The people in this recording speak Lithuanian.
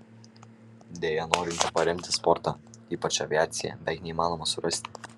deja norinčių paremti sportą ypač aviaciją beveik neįmanoma surasti